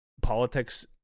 politics